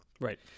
Right